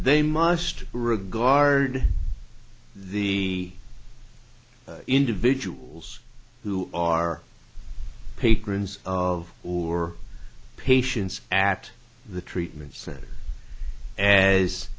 they must regard the individuals who are patrons of or patients at the treatment center a